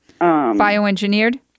Bioengineered